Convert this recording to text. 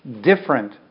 different